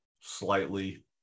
slightly